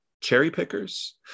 cherry-pickers